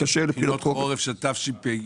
בחינות בגרות חורף של שנת תשפ"ג?